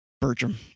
Bertram